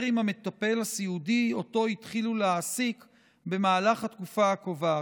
עם המטפל הסיעודי שאותו התחילו להעסיק במהלך התקופה הקובעת.